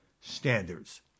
standards